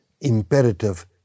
imperative